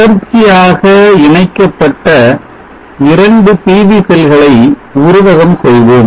தொடர்ச்சியாக இணைக்கப்பட்ட 2 PV செல்களை உருவகம் செய்வோம்